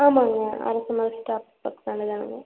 ஆமாம்ங்க அரச மரம் ஸ்டாப் பக்கத்துலதானுங்க